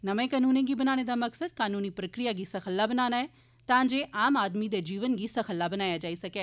नमें कनूने गी बनाने दा मकसद कानूनी प्रक्रिया गी सखला बनाना ऐ तां जे आम आदमी दे जीवन गी सखला बनाया जाई सकै